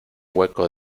hueco